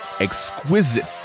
exquisite